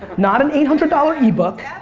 not an eight hundred dollars e-book.